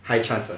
high chance ah